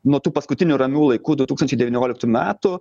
nuo tų paskutinių ramių laikų du tūkstančiai devynioliktų metų